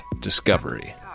discovery